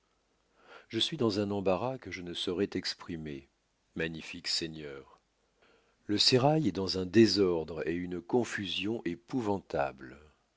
e suis dans un embarras que je ne saurois t'exprimer magnifique seigneur le sérail est dans un désordre et une confusion épouvantables